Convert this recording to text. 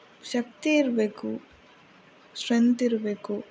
ಶಕ್ತಿ ಇರಬೇಕು ಸ್ಟ್ರೆಂಥ್ ಇರಬೇಕು